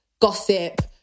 gossip